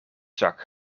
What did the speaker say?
zak